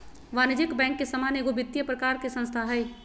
वाणिज्यिक बैंक के समान एगो वित्तिय प्रकार के संस्था हइ